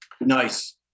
nice